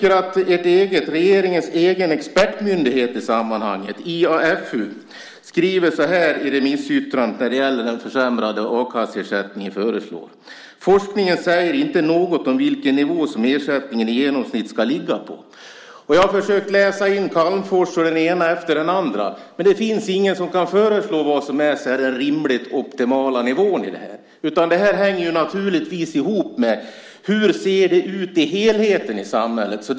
Regeringens egen expertmyndighet i sammanhanget, IFAU, skriver i remissyttrandet över förslaget till den försämrade a-kasseersättningen att forskningen inte säger något om vilken nivå ersättningen i genomsnitt ska ligga på. Jag har försökt läsa ut från Calmfors artikel, och från den ena efter den andra, men det finns ingen som kan föreslå vad som är den optimala rimliga nivån i detta, utan det hänger naturligtvis ihop med hur helheten i samhället ser ut.